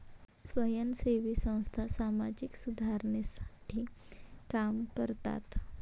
स्वयंसेवी संस्था सामाजिक सुधारणेसाठी काम करतात